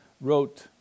wrote